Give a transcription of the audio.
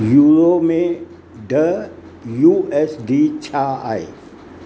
euro में ॾह U S D छा आहे